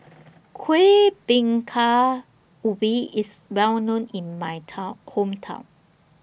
Kuih Bingka Ubi IS Well known in My Town Hometown